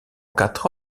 quatre